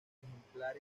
ejemplares